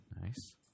Nice